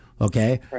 Okay